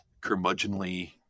curmudgeonly